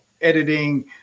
editing